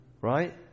Right